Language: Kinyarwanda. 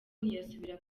ntiyasubira